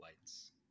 lights